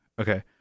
okay